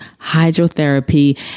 hydrotherapy